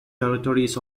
territories